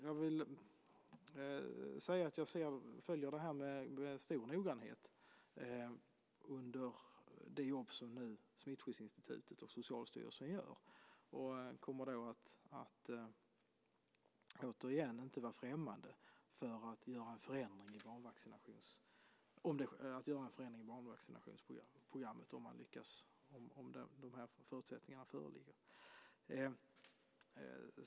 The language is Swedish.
Jag följer noggrant det jobb som Smittskyddsinstitutet och Socialstyrelsen gör. Jag kommer återigen inte att vara främmande för att införa förändringar i barnvaccinationsprogrammet om förutsättningarna föreligger.